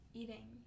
eating